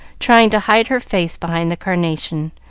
trying to hide her face behind the carnation,